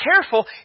careful